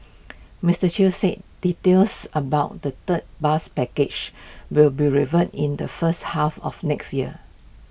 Mister chew said details about the third bus package will be revealed in the first half of next year